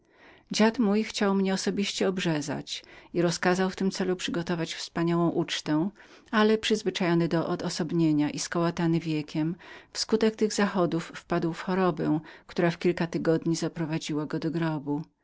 dziad mój chciał osobiście odprawić uroczystość obrzezania i rozkazał w tym celu przygotować wspaniałą ucztę ale przyzwyczajony do odosobienia i skołatany wiekiem w skutek tych zachodów wpadł w chorobę która w kilka tygodni zaprowadziła go do grobu